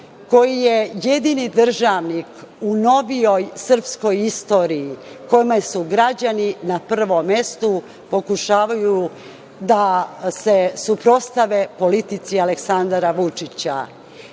koji je jedini državnik u novijoj srpskoj istoriji, kome su građani na prvom mestu, pokušavaju da se suprotstave politici Aleksandra Vučića. Vrhovni